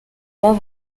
mpamvu